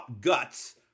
guts